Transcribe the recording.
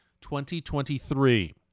2023